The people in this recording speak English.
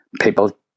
people